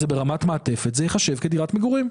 זה ברמת מעטפת" זה ייחשב כדירת מגורים.